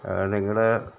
നിങ്ങള്